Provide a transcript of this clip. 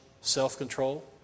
self-control